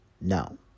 No